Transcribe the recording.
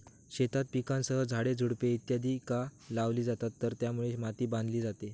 शेतात पिकांसह झाडे, झुडपे इत्यादि का लावली जातात तर त्यामुळे माती बांधली जाते